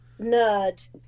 nerd